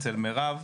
אצל מירב,